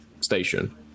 station